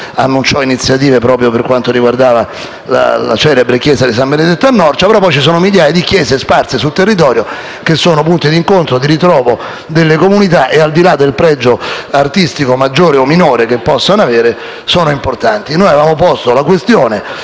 annunciò iniziative proprio relativamente alla celebre chiesa di San Benedetto a Norcia), ci sono migliaia di chiese sparse sul territorio che sono punto di incontro, di ritrovo delle comunità e, al di là del pregio artistico maggiore o minore che possono avere, sono importanti. Noi avevamo posto la questione,